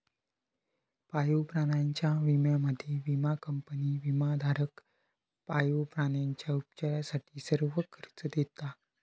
पाळीव प्राण्यांच्या विम्यामध्ये, विमा कंपनी विमाधारक पाळीव प्राण्यांच्या उपचारासाठी सर्व खर्च देता